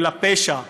אלא פשע,